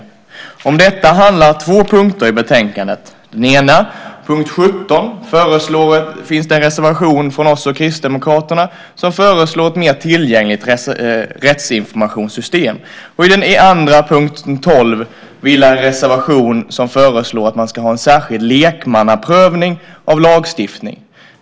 Om detta handlar två punkter i betänkandet. Under punkt 17 finns en reservation från Miljöpartiet och Kristdemokraterna där vi föreslår ett mer tillgängligt rättsinformationssystem. Under punkt 12 finns en reservation där det föreslås att vi ska ha en särskild lekmannaprövning av lagstiftningen.